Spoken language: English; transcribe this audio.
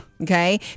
Okay